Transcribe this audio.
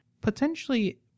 potentially